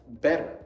better